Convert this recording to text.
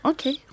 Okay